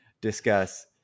discuss